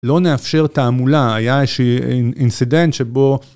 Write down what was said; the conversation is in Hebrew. לא נאפשר תעמולה, היה איזשהו אינסידנט שבו...